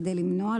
כדי למנוע,